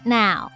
now